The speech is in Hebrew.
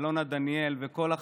אלונה דניאל וכל החברים,